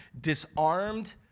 disarmed